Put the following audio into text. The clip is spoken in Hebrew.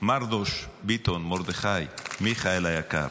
מרדוש ביטון, מרדכי, מיכאל היקר.